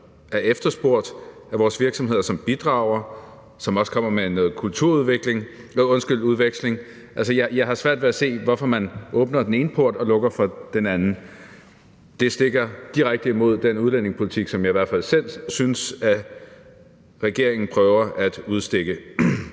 er efterspurgte af vores virksomheder, som bidrager, og som også kommer med noget kulturudveksling. Altså, jeg har svært ved at se, hvorfor man åbner den ene port og lukker den anden. Det går direkte imod den udlændingepolitik, som jeg i hvert fald selv synes regeringen prøver at udstikke.